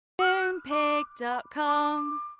Moonpig.com